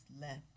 left